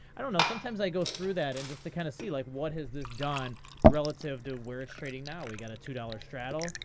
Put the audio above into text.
i don't know, sometimes i go through that, and just to kind of see, like what has this done relative to where it's trading now? we've got a two dollars straddle,